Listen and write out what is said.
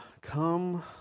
Come